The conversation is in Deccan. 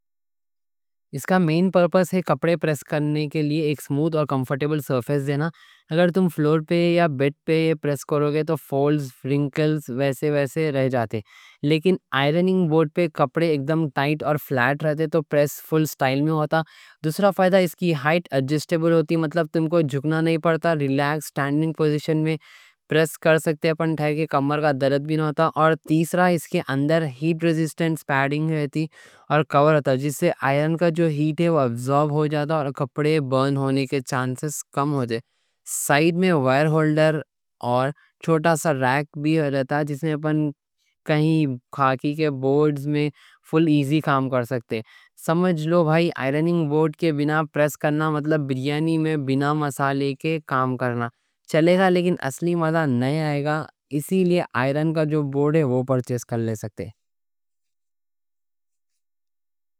اس کا مین پرپس ہے کپڑے پریس کرنے کے لیے ایک سموٹھ اور کمفرٹیبل سرفیس دینا، اگر تم فلور پہ یا بیڈ پہ پریس کرو گے تو فولڈز رِنکلز ویسے ہی رہ جاتے۔ لیکن آئرننگ بورڈ پہ کپڑے ایکدم ٹائٹ اور فلیٹ رہتے، تو پریس فل اسٹائل میں ہوتا۔ دوسرا فائدہ اس کی ہائٹ ایڈجسٹ ایبل ہوتی، مطلب تم کو جھکنا نہیں پڑتا، ریلیکس سٹینڈنگ پوزیشن میں پریس کر سکتے، اپن ٹھیک ہے، کمر کا درد بھی نہیں ہوتا۔ اور تیسرا، اس کے اندر ہیٹ ریزسٹنس پیڈنگ رہتی اور کور ہوتا جس سے آئرن کا جو ہیٹ ہے وہ ابزورب ہو جاتا اور کپڑے برن ہونے کے چانسز کم ہوتے۔ سائیڈ میں وائر ہولڈر اور چھوٹا سا ریک بھی ہوتا جس میں اپن کہیں کھاکی کے بورڈز میں فل ایزی کام کر سکتے، سمجھ لو بھائی۔ آئرننگ بورڈ کے بنا پریس کرنا مطلب بریانی میں بنا مسالے کے کام کرنا چلے گا۔ لیکن اصلی مزہ نئے آئے گا اس لیے آئرن کا جو بورڈ ہے وہ پرچیز کر لے سکتے۔